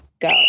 go